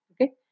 okay